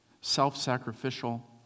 self-sacrificial